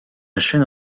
chaîne